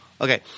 Okay